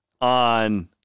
on